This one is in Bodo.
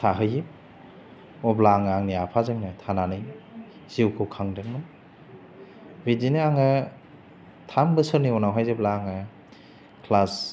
थाहैयो अब्ला आङो आंनि आफाजोंनो थानानै जिउखौ खांदोंमोन बिदिनो आङो थाम बोसोरनि उनावहाय जेब्ला आङो क्लास